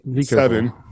seven